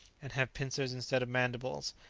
and have pincers instead of mandibles,